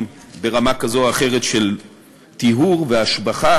ברמה כזו או אחרת של טיהור והשבחה,